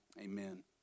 amen